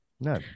No